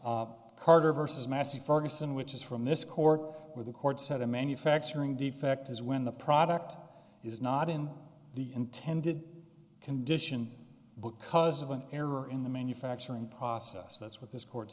ferguson which is from this court where the court said a manufacturing defect is when the product is not in the intended condition because of an error in the manufacturing process that's what this court